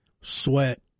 Sweat